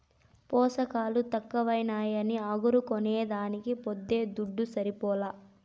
పోసకాలు తక్కువైనాయని అగరు కొనేదానికి పోతే దుడ్డు సరిపోలా